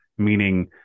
meaning